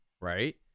right